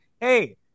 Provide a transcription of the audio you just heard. Hey